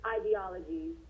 ideologies